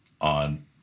on